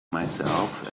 myself